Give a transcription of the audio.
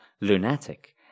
lunatic